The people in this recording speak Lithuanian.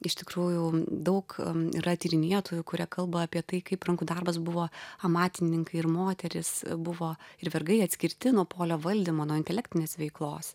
iš tikrųjų daug yra tyrinėtojų kurie kalba apie tai kaip rankų darbas buvo amatininkai ir moterys buvo ir vergai atskirti nuo polio valdymo nuo intelektinės veiklos